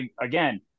again